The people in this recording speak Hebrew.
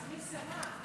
מי שמה?